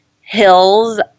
hills